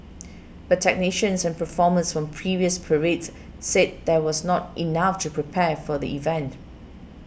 but technicians and performers from previous parades said that was not enough to prepare for the event